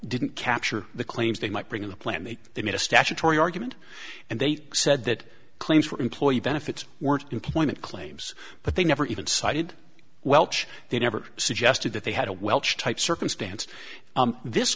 didn't capture the claims they might bring in the plan they they made a statutory argument and they said that claims for employee benefits were employment claims but they never even cited welch they never suggested that they had a welch type circumstance this